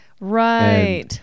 right